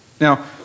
Now